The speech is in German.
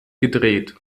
gedreht